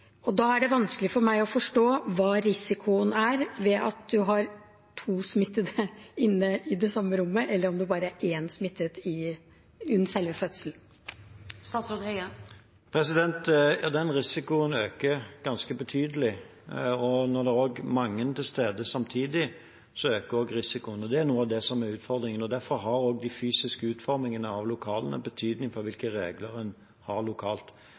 Da er det vanskelig for meg å forstå hva risikoen er ved at man har to smittede inne i det samme rommet, heller enn at det bare er én smittet under selve fødselen. Den risikoen øker ganske betydelig. Når det er mange til stede samtidig, øker også risikoen. Det er noe av det som er utfordringen. Derfor har også den fysiske utformingen av lokalene betydning for hvilke regler en har lokalt.